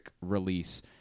release